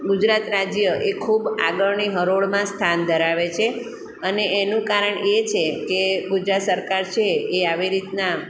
ગુજરાત રાજ્ય એ ખૂબ આગળની હરોળમાં સ્થાન ધરાવે છે અને એનું કારણ એ છે કે ગુજરાત સરકાર છે એ આવી રીતના